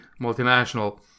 multinational